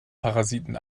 parasiten